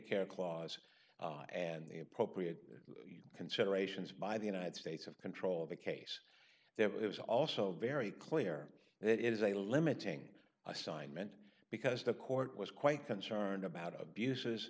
care clause and the appropriate considerations by the united states of control of a case that was also very clear that it is a limiting assignment because the court was quite concerned about abuses